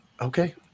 Okay